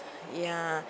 ya